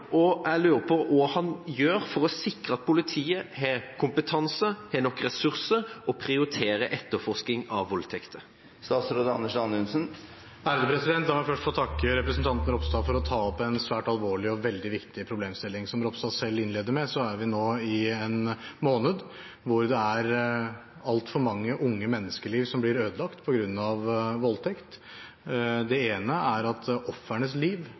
Jeg lurer på hva han gjør for å sikre at politiet har kompetanse, har nok ressurser og prioriterer etterforsking av voldtekter. La meg først få takke representanten Ropstad for å ta opp en svært alvorlig og veldig viktig problemstilling. Som Ropstad selv innleder med, er vi nå i en måned hvor det er altfor mange unge menneskeliv som blir ødelagt på grunn av voldtekt. Det ene er at ofrenes liv